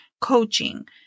coaching